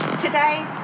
Today